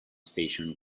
station